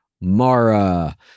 mara